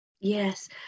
yes